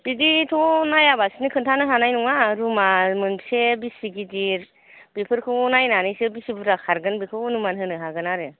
बिदि थ' नाया लासिनो खोनथानो होनाय नङा रुमा मोनफसे बिसि गिदिर बेफोरखौ नायनानैसो बिसि बुरजा खारगोन बेखौ अनुमान होनो हागोन आरो